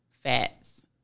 fats